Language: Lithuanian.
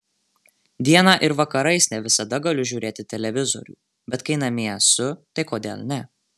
dieną ir vakarais ne visada galiu žiūrėti televizorių bet kai namie esu tai kodėl ne